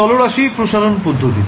চলরাশি প্রসারণ পদ্ধতিতে